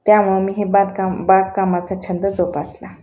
त्यामुळे मी हे बागकाम बागकामाचा छंद जोपासला